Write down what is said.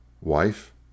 wife